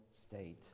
state